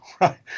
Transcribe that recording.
right